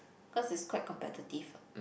cause it's quite competitive ah